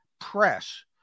press